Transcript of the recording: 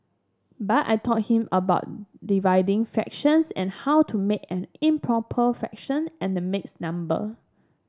but I taught him about dividing fractions and how to make an improper fraction and a mixed number